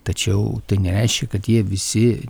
tačiau tai nereiškia kad jie visi